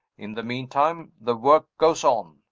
in the meantime, the work goes on.